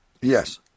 Yes